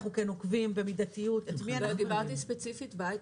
אנחנו עוקבים במידתיות --- דיברתי ספציפית בהיי-טק,